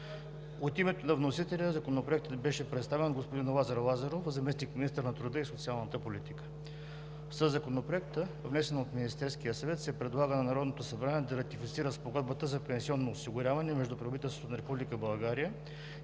От името на вносителя Законопроектът беше представен от господин Лазар Лазаров – заместник-министър на труда и социалната политика. Със Законопроекта, внесен от Министерския съвет, се предлага на Народното събрание да ратифицира Спогодбата за пенсионно осигуряване между правителството на Република България и